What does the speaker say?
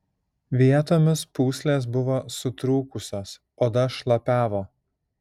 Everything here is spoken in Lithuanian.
vietomis pūslės buvo sutrūkusios oda šlapiavo